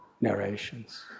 narrations